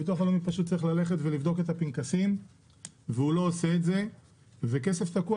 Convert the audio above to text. הביטוח הלאומי פשוט צריך לבדוק את הפנקסים והוא לא עושה את זה וכסף תקוע